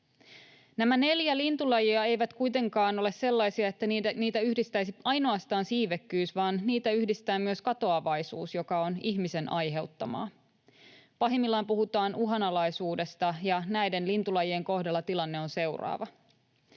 Nämä neljä lintulajia eivät kuitenkaan ole sellaisia, että niitä yhdistäisi ainoastaan siivekkyys, vaan niitä yhdistää myös katoavaisuus, joka on ihmisen aiheuttamaa. Pahimmillaan puhutaan uhanalaisuudesta, ja näiden lintulajien kohdalla tilanne on seuraava: